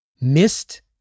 Missed